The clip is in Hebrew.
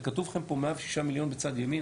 כתוב פה 106 מיליון בצד ימין,